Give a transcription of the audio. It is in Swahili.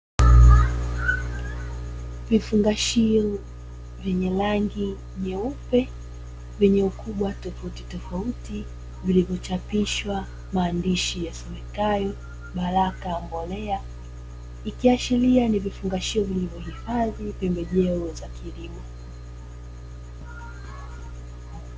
Vifungashio vyenye rangi nyeupe vyenye ukubwa tofautitofauti vilivyochapishwa maandishi yasomekayo baraka mbolea, ikiashiria ni vifungashio vilivyohifadhi pembejeo za kilimo.